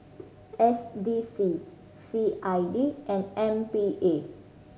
S D C C I D and M P A